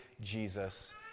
Jesus